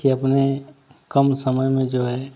कि अपने कम समय में जो है